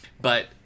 But-